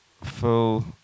full